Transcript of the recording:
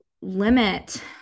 limit